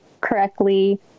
correctly